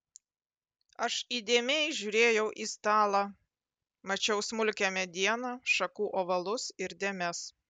aš įdėmiai žiūrėjau į stalą mačiau smulkią medieną šakų ovalus ir dėmes